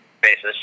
basis